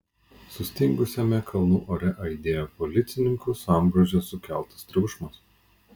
sustingusiame kalnų ore aidėjo policininkų sambrūzdžio sukeltas triukšmas